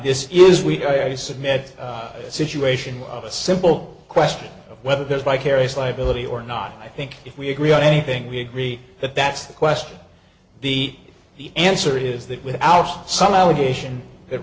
this is we i submit a situation of a simple question whether there's vicarious liability or not i think if we agree on anything we agree that that's the question the answer is that without some allegation that